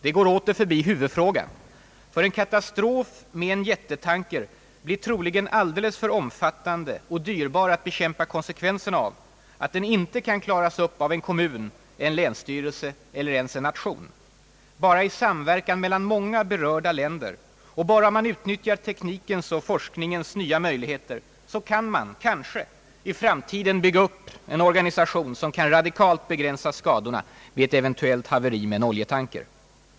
Det går åter förbi huvudfrågan: en katastrof med en jättetanker blir troligen så omfattande och dyrbar att bekämpa konsekvenserna av, att den inte kan klaras upp av en kommun, en länsstyrelse eller ens en nation. Bara i samverkan mellan många berörda länder och bara om man utnyttjar teknikens och forskningens nya möjligheter kan man, kanske, i framtiden bygga upp en organisation som kan radikalt begränsa skadorna vid ett eventuellt haveri med en: oljetanker.